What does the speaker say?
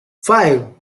five